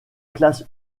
classe